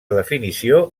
definició